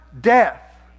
death